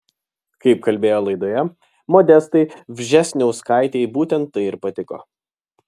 kaip kalbėjo laidoje modestai vžesniauskaitei būtent tai ir patiko